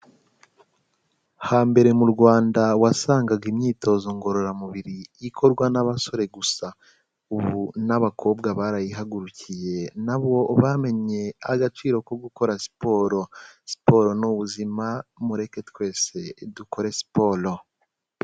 Hambere mu Rwanda wasangaga imyitozo ngororamubiri ikorwa n'abasore gusa, ubu n'abakobwa barayihagurukiye na bo bamenye agaciro ko gukora siporo. Siporo ni ubuzima mureke twese dukore siporo.